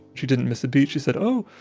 she didn't miss a beat. she said, oh,